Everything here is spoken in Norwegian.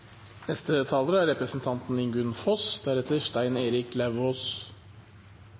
Neste taler er representanten